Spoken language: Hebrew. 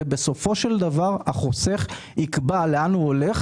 ובסופו של דבר החוסך יקבע לאן הוא הולך,